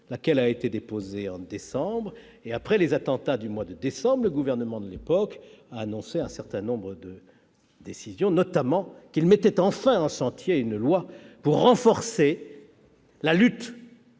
le terrorisme, déposée en décembre 2015. Après les attentats du mois de novembre 2015, le Gouvernement a annoncé un certain nombre de décisions, notamment qu'il mettait enfin en chantier une loi pour renforcer la lutte